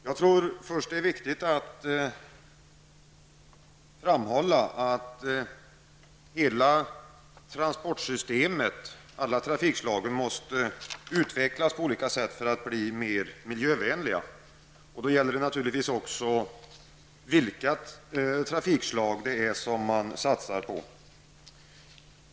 Jag tror att det är viktigt att framhålla att hela transportsystemet — alla trafikslagen — måste utvecklas på olika sätt för att bli mer miljövänliga. Då är det naturligtvis också viktigt vilka trafikslag det är som man satsar på.